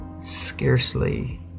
scarcely